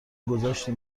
گذاشتی